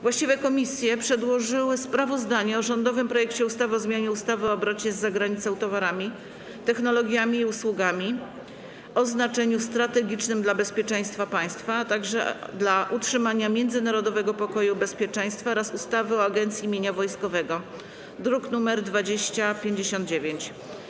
Właściwe komisje przedłożyły sprawozdanie o rządowym projekcie ustawy o zmianie ustawy o obrocie z zagranicą towarami, technologiami i usługami o znaczeniu strategicznym dla bezpieczeństwa państwa, a także dla utrzymania międzynarodowego pokoju i bezpieczeństwa oraz ustawy o Agencji Mienia Wojskowego, druk nr 2059.